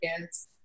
kids